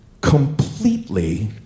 completely